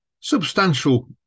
Substantial